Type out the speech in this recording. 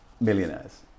millionaires